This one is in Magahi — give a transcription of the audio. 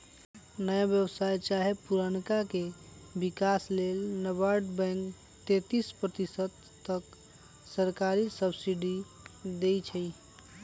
नया व्यवसाय चाहे पुरनका के विकास लेल नाबार्ड बैंक तेतिस प्रतिशत तक सरकारी सब्सिडी देइ छइ